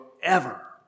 forever